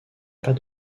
pas